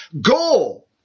goal